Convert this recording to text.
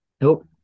nope